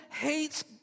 hates